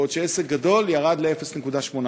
בעוד שעסק גדול ירד ל-0.8%.